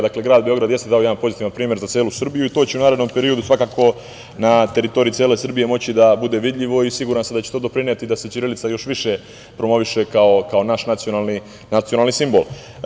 Dakle, grad Beograd jeste dao jedan pozitivan primer za celu Srbiju i to će u narednom periodu svakako na teritoriji cele Srbije moći da bude vidljivo i siguran sam da će to doprineti da se ćirilica još više promoviše kao naš nacionalni simbol.